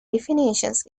definitions